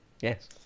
Yes